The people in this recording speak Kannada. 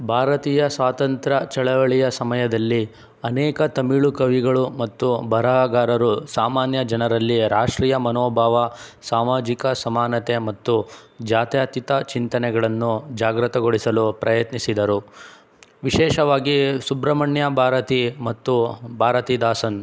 ಭಾರತೀಯ ಸ್ವಾತಂತ್ರ್ಯ ಚಳುವಳಿಯ ಸಮಯದಲ್ಲಿ ಅನೇಕ ತಮಿಳು ಕವಿಗಳು ಮತ್ತು ಬರಹಗಾರರು ಸಾಮಾನ್ಯ ಜನರಲ್ಲಿ ರಾಷ್ಟ್ರೀಯ ಮನೋಭಾವ ಸಾಮಾಜಿಕ ಸಮಾನತೆ ಮತ್ತು ಜಾತ್ಯಾತೀತ ಚಿಂತನೆಗಳನ್ನು ಜಾಗೃತಗೊಳಿಸಲು ಪ್ರಯತ್ನಿಸಿದರು ವಿಶೇಷವಾಗಿ ಸುಬ್ರಹ್ಮಣ್ಯ ಭಾರತಿ ಮತ್ತು ಭಾರತಿದಾಸನ್